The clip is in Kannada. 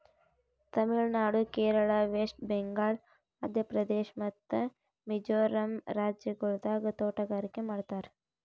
ತಮಿಳು ನಾಡು, ಕೇರಳ, ವೆಸ್ಟ್ ಬೆಂಗಾಲ್, ಮಧ್ಯ ಪ್ರದೇಶ್ ಮತ್ತ ಮಿಜೋರಂ ರಾಜ್ಯಗೊಳ್ದಾಗ್ ತೋಟಗಾರಿಕೆ ಮಾಡ್ತಾರ್